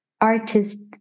artist